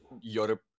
Europe